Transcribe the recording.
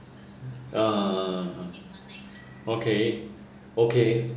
a'ah okay okay